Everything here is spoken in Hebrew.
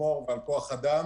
ולשמור על כוח אדם.